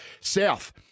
South